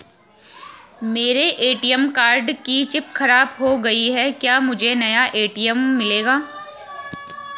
मेरे ATM card की chip खराब हो गयी है क्या मुझे नया ए.टी.एम मिलेगा?